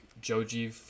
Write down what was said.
Joji